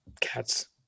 cats